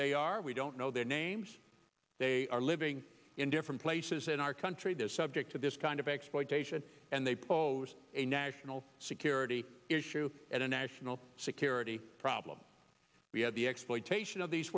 they are we don't know their names they are living in different places in our country this subject to this kind of exploitation and they pose a national security issue at a national security problem we have the exploitation of these